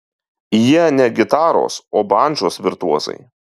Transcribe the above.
jie ne gitaros o bandžos virtuozai